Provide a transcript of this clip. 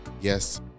yes